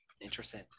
interesting